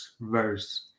verse